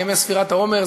על ימי ספירת העומר,